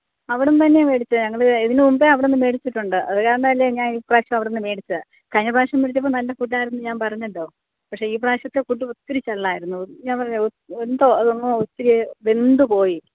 അവിടുന്ന് തന്നെ മേടിച്ചത് ഞങ്ങൾ ഇതിന് മുൻപ് അവിടുന്ന് മേടിച്ചിട്ടുണ്ട് അത് കാരണമല്ലേ ഞാൻ ഇപ്രാവശ്യം അവിടുന്ന് മേടിച്ചത് കഴിഞ്ഞ പ്രാവശ്യം മേടിച്ചപ്പോൾ നല്ല ഫുഡ് ആയിരുന്നു എന്ന് ഞാൻ പറഞ്ഞല്ലോ പക്ഷേ ഇപ്രാവശ്യത്തെ ഫുഡ് ഒത്തിരി ചള്ളായിരുന്നു ഞാൻ പറഞ്ഞില്ലേ എന്തോ അതൊന്ന് ഒത്തിരി വെന്തു പോയി